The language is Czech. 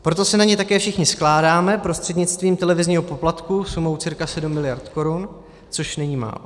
Proto se na ně také všichni skládáme prostřednictvím televizního poplatku sumou cirka sedm miliard korun, což není málo.